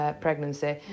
pregnancy